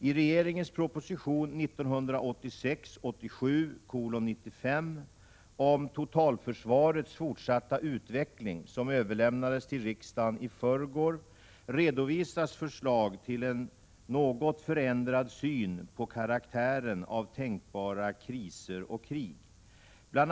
I regeringens proposition 1986/87:95 om totalförsvarets fortsatta utveckling som överlämnades till riksdagen i förrgår redovisas förslag till en något förändrad syn på karaktären av tänkbara kriser och krig. Bl.